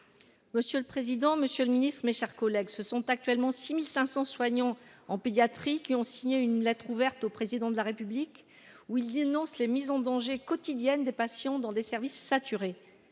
Monsieur le président, Monsieur le Ministre, mes chers collègues se sont actuellement 6500 soignants en pédiatrie, qui ont signé une lettre ouverte au président de la République où il dénonce les mises en danger quotidiennes des patients dans des services saturés